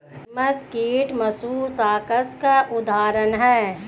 लिमस कीट मौलुसकास का उदाहरण है